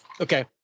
Okay